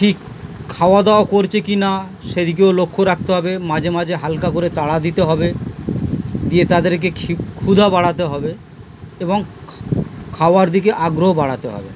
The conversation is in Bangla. ঠিক খাওয়া দাওয়া করছে কি না সে দিকেও লক্ষ্য রাখতে হবে মাঝে মাঝে হালকা করে তাড়া দিতে হবে দিয়ে তাদেরকে ক ক্ষুধা বাড়াতে হবে এবং খাওয়ার দিকে আগ্রহ বাড়াতে হবে